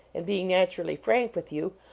and being naturally frank with you,